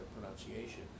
pronunciation